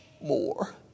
more